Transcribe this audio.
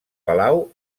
palau